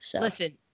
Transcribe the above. Listen